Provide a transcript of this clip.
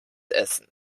essen